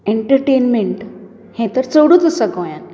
entertainment हें तर चडूच आसा गोंयांत